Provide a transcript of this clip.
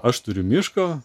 aš turiu miško